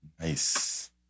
nice